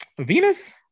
Venus